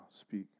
Speak